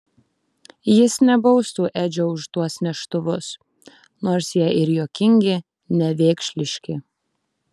jis nebaustų edžio už tuos neštuvus nors jie ir juokingi nevėkšliški